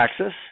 axis